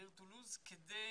בעיר טולוז, כדי